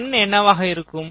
N என்னவாக இருக்கும்